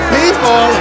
people